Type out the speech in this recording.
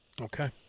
Okay